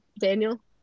daniel